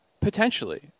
potentially